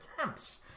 attempts